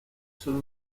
sólo